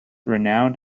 renowned